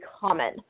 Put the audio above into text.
common